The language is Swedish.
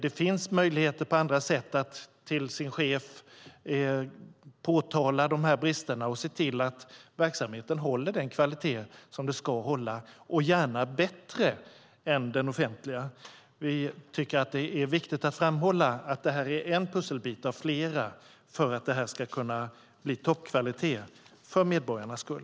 Det finns möjligheter att på andra sätt till sin chef påtala brister och se till att verksamheten håller den kvalitet som den ska hålla, gärna bättre än den offentliga. Vi tycker att det är viktigt att framhålla att detta är en pusselbit av flera för att vi ska kunna få toppkvalitet för medborgarnas skull.